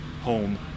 home